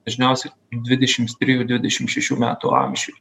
dažniausiai dvidešims trijų dvidešim šešių metų amžių